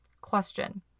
Question